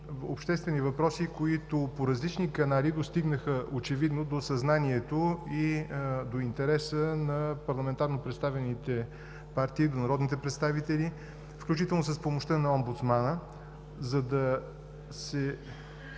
обществени въпроси, които по различни канали достигнаха очевидно до съзнанието и до интереса на парламентарно представените партии, до народните представители, включително с помощта на омбудсмана, за да се